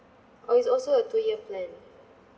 oh it's also a two year plan